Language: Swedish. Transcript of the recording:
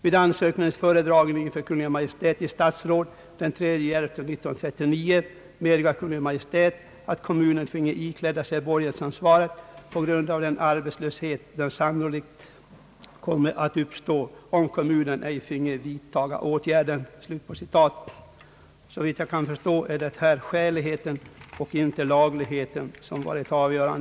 Vid ansökningens föredragning inför Kungl. Maj:t i statsråd den 3/11 1939 medgav Kungl. Maj:t, att kommunen finge ikläda sig borgensansvaret på grund av den arbetslöshet, som sannolikt komme att uppstå, om kommunen ej finge vidtaga åtgärden.» Såvitt jag kan förstå, är det här skäligheten och inte lagligheten som har varit avgörande.